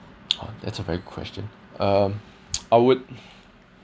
oh that's a very good question um I would